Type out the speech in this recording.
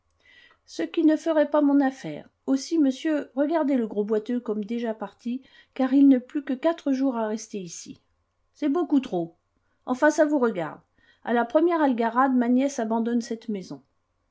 ce qui ne ferait pas mon affaire aussi monsieur regardez le gros boiteux comme déjà parti car il n'a plus que quatre jours à rester ici c'est beaucoup trop enfin ça vous regarde à la première algarade ma nièce abandonne cette maison